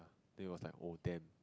then it was like oh damn